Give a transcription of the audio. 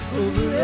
over